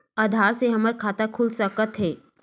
आधार से हमर खाता खुल सकत हे?